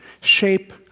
shape